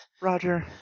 Roger